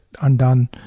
undone